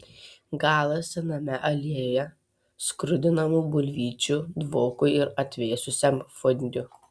galas sename aliejuje skrudinamų bulvyčių dvokui ir atvėsusiam fondiu